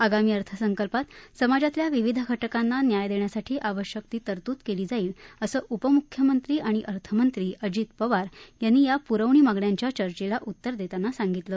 आगामी अर्थसंकल्पात समाजातल्या विविध घटकांना न्याय देण्यासाठी आवश्यक ती तरतूद केली जाईल असं उपमुख्यमंत्री आणि अर्थमंत्री अजित पवार यांनी या पुरवणी मागण्यांच्या चर्चेला उत्तर देताना सांगितलं